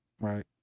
right